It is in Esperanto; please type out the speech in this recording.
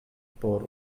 por